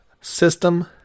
System